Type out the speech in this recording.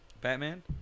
Batman